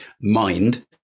mind